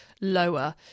lower